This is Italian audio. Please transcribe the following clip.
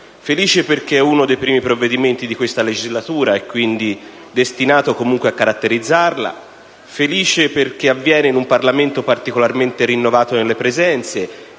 Felice perché è uno dei primi provvedimenti di questa legislatura, e quindi destinato comunque a caratterizzarla; felice perché avviene in un Parlamento particolarmente rinnovato nelle presenze